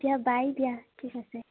দিয়া বাই দিয়া ঠিক আছে